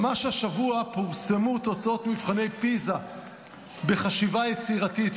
ממש השבוע פורסמו תוצאות מבחני פיז"ה בחשיבה יצירתית,